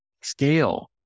scale